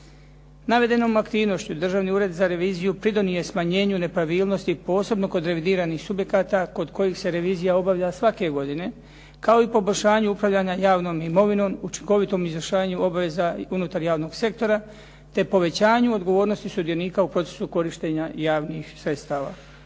Navedenom aktivnošću Državni ured za reviziju pridonio je smanjenju nepravilnosti, posebno kod revidiranih subjekata kod kojih se revizija obavlja svake godine, kao i poboljšanju upravljanja javnom imovinom, učinkovitom izvršavanju obveza unutar javnog sektora, te povećanju odgovornosti sudionika u procesu korištenja javnih sredstava.